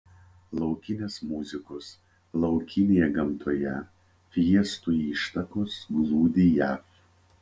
laukinės muzikos laukinėje gamtoje fiestų ištakos glūdi jav